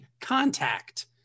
contact